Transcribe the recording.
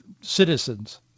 citizens